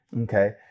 Okay